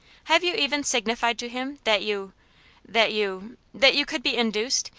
have you even signified to him that you that you that you could be induced,